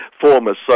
former